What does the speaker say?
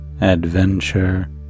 adventure